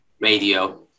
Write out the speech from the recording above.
Radio